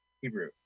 Hebrew